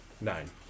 Nine